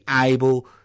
able